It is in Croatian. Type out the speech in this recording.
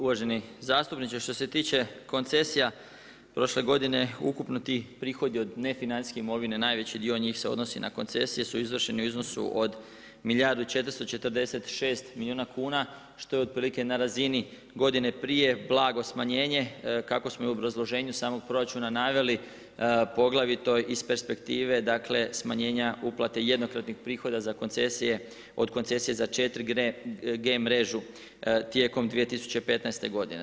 Uvaženi zastupniče, što se tiče koncesija prošle godine ti prihodi od nefinancijske imovine najveći dio njih se odnosi na koncesije su izvršeni u iznosu od milijardu i 446 milijuna kuna što je otprilike na razini godine prije blago smanjenje kako smo i u obrazloženju samog proračuna naveli poglavito iz perspektive, dakle smanjenja uplate jednokratnih prihoda za koncesije, od koncesije za 4 G mrežu tijekom 2015. godine.